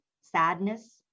sadness